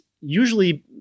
usually